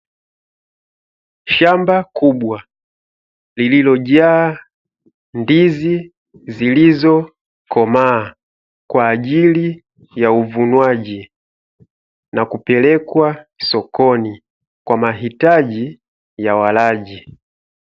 Shamba kubwa lililojaa ndizi zilizokomaa, kwa ajili ya uvunwaji na kupelekwa sokoni kwa mahitaji ya walaji.